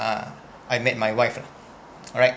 uh I met my wife lah alright